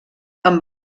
amb